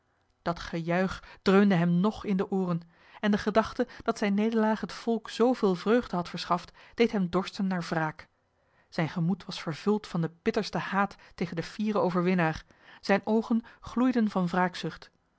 dat gejuich dreunde hem nog in de ooren en de gedachte dat zijne nederlaag het volk zooveel vreugde had verschaft deed hem dorsten naar wraak zijn gemoed was vervuld van den bittersten haat tegen den fieren overwinnaar zijne oogen gloeiden van